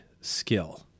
skill